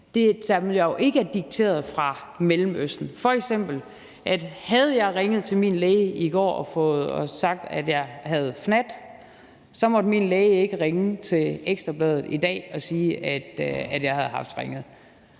og som jo ikke er dikteret fra Mellemøsten. Havde jeg f.eks. ringet til min læge i går og sagt, at jeg havde fnat, så måtte min læge ikke ringe til Ekstra Bladet i dag og sige, at jeg havde haft ringet.